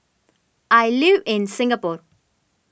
I live in Singapore